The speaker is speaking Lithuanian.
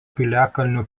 piliakalnio